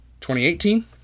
2018